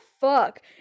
fuck